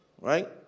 Right